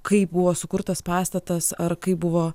kaip buvo sukurtas pastatas ar kaip buvo